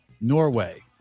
Norway